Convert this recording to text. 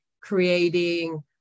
creating